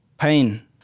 pain